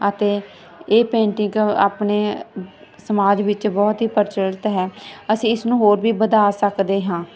ਅਤੇ ਇਹ ਪੇਂਟਿੰਗ ਆਪਣੇ ਸਮਾਜ ਵਿੱਚ ਬਹੁਤ ਹੀ ਪ੍ਰਚਲਿਤ ਹੈ ਅਸੀਂ ਇਸ ਨੂੰ ਹੋਰ ਵੀ ਵਧਾ ਸਕਦੇ ਹਾਂ